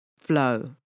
flow